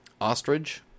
ostrich